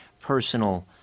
personal